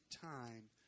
time